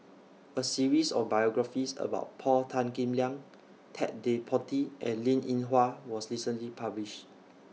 A series of biographies about Paul Tan Kim Liang Ted De Ponti and Linn in Hua was recently published